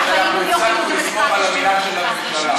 כי הפסקנו לסמוך על המילה של הממשלה,